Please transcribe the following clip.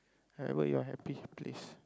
wherever you're happy please